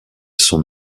sont